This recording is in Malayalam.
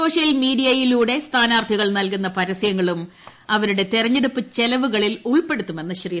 സോഷ്യൽ മീഡിയയിലൂടെ സ്ഥാനാർത്ഥീകൾ നൽകുന്ന പരസ്യങ്ങളും ഇവരുടെ തെരഞ്ഞെടുപ്പ് ച്രെല്വുകളിൽ ഉൾപ്പെടുത്തുമെന്ന് ശ്രീ